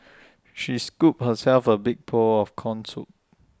she scooped herself A big pawl of Corn Soup